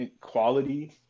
quality